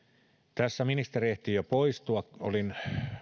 tässä ministeri ehti jo poistua olin